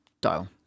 dial